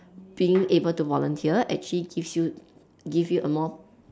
being able to volunteer actually gives you gives you a more